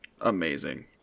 amazing